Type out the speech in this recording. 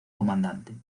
comandante